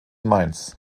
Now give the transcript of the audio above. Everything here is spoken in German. mainz